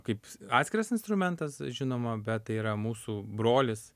kaip atskiras instrumentas žinoma bet tai yra mūsų brolis